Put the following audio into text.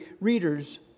readers